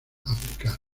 aplicar